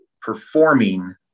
performing